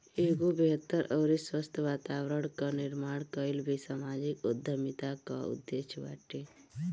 एगो बेहतर अउरी स्वस्थ्य वातावरण कअ निर्माण कईल भी समाजिक उद्यमिता कअ उद्देश्य बाटे